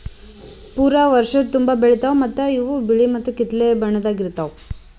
ಪೂರಾ ವರ್ಷದ ತುಂಬಾ ಬೆಳಿತಾವ್ ಮತ್ತ ಇವು ಬಿಳಿ ಮತ್ತ ಕಿತ್ತಳೆ ಬಣ್ಣದಾಗ್ ಇರ್ತಾವ್